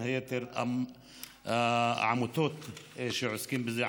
בין היתר העמותות שעוסקות בזה,